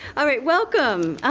alright, welcome!